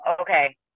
Okay